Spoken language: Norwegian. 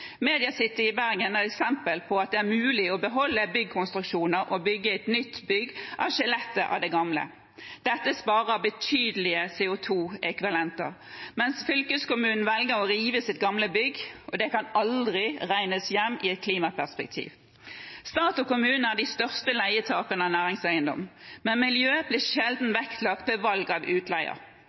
i Bergen er et eksempel på at det er mulig å beholde byggkonstruksjoner og bygge et nytt bygg av skjelettet av det gamle. Dette sparer betydelig CO 2 -ekvivalenter – mens fylkeskommunen velger å rive sitt gamle bygg, og det kan aldri regnes hjem i et klimaperspektiv. Stat og kommune er de største leietakerne av næringseiendom, men miljø blir sjelden vektlagt ved valg av